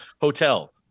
hotel